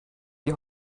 die